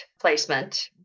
placement